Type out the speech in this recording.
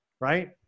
Right